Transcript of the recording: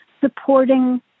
supporting